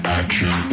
action